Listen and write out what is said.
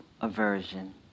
aversion